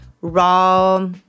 raw